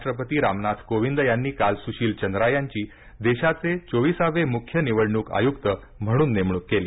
राष्ट्रपती रामनाथ कोविंद यांनी काल सुशील चंद्रा यांची देशाचे चोवीसावे मुख्य निवडणूक आयुक्त म्हणून नेमणूक केली